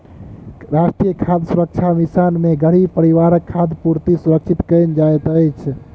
राष्ट्रीय खाद्य सुरक्षा मिशन में गरीब परिवारक खाद्य पूर्ति सुरक्षित कयल जाइत अछि